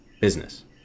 business